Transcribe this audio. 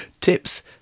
tips